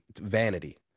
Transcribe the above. vanity